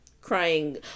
crying